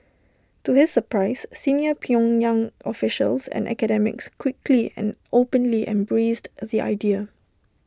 to his surprise senior pyongyang officials and academics quickly and openly embraced the idea